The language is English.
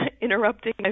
interrupting